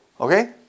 okay